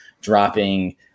dropping